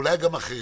ואולי גם אחרים.